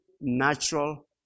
natural